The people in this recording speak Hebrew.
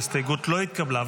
ההסתייגות לא התקבלה.